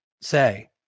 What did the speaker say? say